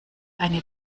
eine